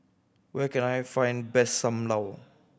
where can I find best Sam Lau